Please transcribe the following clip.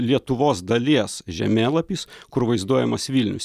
lietuvos dalies žemėlapis kur vaizduojamas vilnius